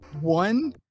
One